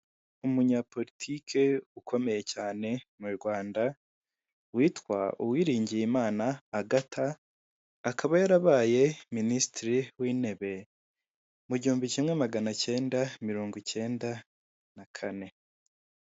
Umunyapolitike ukomeye cyane mu Rwanda witwa uwiringiyimana Agathe akaba yarabaye minisitiri w'intebe mu gihumbi kimwe magana cyenda mirongo icyenda na kane.